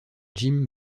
jim